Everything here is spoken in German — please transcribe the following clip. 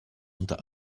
unter